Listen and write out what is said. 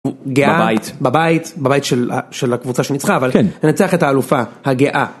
הוא גאה בבית של הקבוצה שנצחה, אבל לנצח את האלופה הגאה.